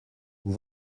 vous